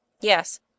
yes